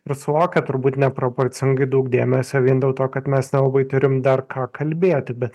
visokie turbūt neproporcingai daug dėmesio vien dėl to kad mes nelabai turim dar ką kalbėti bet